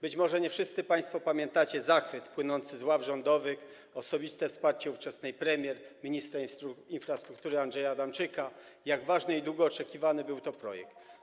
Być może nie wszyscy państwo pamiętacie zachwyt płynący z ław rządowych, osobiste wsparcie ówczesnej premier i ministra infrastruktury Andrzeja Adamczyka, jak ważny i długo oczekiwany był to projekt.